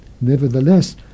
Nevertheless